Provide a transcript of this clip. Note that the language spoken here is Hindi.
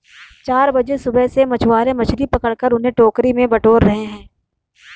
चार बजे सुबह से मछुआरे मछली पकड़कर उन्हें टोकरी में बटोर रहे हैं